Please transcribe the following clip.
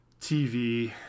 TV